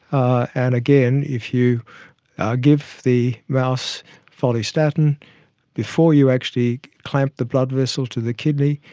and again, if you give the mouse follistatin before you actually clamp the blood vessel to the kidney,